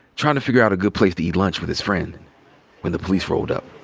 trying to figure out a good place to eat lunch with his friend when the police rolled out.